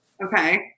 Okay